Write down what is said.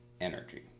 energy